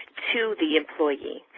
to the employee.